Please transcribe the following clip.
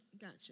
Gotcha